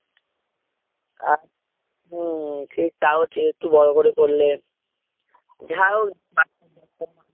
আর হুম ঠিক তাও ঠিক একটু বড়ো করে করলে যা হোক বাচ্চা বাচ্চার মা